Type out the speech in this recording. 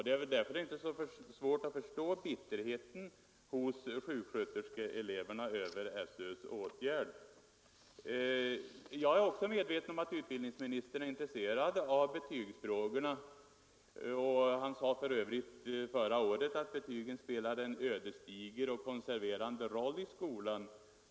Det är väl därför inte så svårt att förstå bitterheten hos sjuksköterskeeleverna över SÖ :s åtgärd. Jag är också medveten om att utbildningsministern är intresserad av betygsfrågorna. Utbildningsministern sade för övrigt förra året enligt ett pressreferat: ”Betygen spelar en ödesdiger och konserverande roll i skolan.